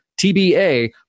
tba